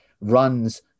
runs